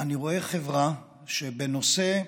אני רואה חברה, שבנושא,